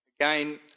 Again